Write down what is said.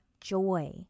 joy